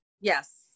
Yes